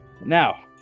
Now